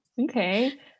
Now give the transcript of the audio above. okay